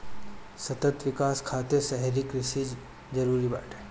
सतत विकास खातिर शहरी कृषि जरूरी बाटे